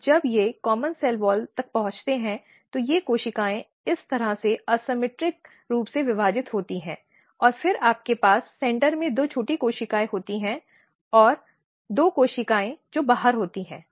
और जब वे आम सेल वॉल तक पहुंचते हैं तो ये कोशिकाएं इस तरह से विषम रूप से विभाजित होती हैं और फिर आपके पास केंद्र में दो छोटी कोशिकाएं होती हैं और दो कोशिकाएं जो बाहर होती हैं